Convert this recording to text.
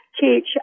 teach